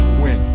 win